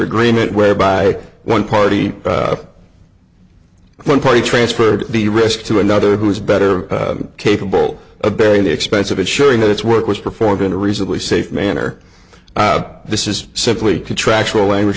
agreement whereby one party one party transferred the risk to another who was better capable of bearing the expense of ensuring that its work was performed in a reasonably safe manner this is simply contractual language